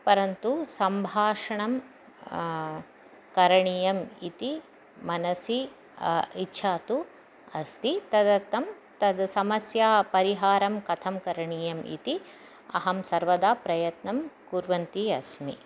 परन्तु सम्भाषणं करणीयम् इति मनसि इच्छा तु अस्ति तदर्थं तस्याः समस्यायाः परिहारं कथं करणीयम् इति अहं सर्वदा प्रयत्नं कुर्वन्ती अस्मि